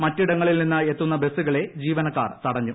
മറ്റു ഇടങ്ങളിൽ നിന്ന് എത്തുന്ന ബസ്സുകളെ ജീവനക്കാർ തടണു